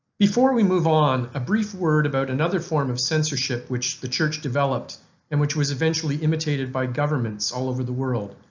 before we move on, a brief word about another form of censorship which the church developed and which was eventually imitated by governments all over the world,